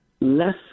less